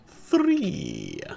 three